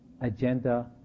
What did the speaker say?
agenda